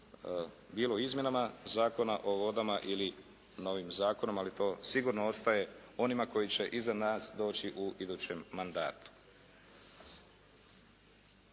bilo izmjenama Zakona o vodama ili novim zakonom ali to sigurno ostaje onima koji će iza nas doći u idućem mandatu.